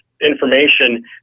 information